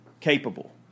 capable